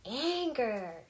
anger